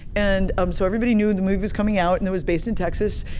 and um so everybody knew the movie was coming out, and it was based in texas.